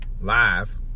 live